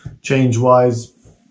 change-wise